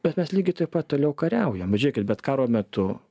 bet mes lygiai taip pat toliau kariaujam bet žiūrėkit bet karo metu